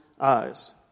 eyes